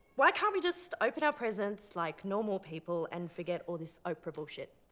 why can't we just open our presents like normal people and forget all this oprah bullshit,